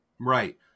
Right